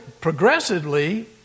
progressively